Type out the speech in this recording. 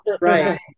right